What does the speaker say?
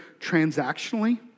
transactionally